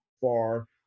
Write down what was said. far